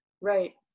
Right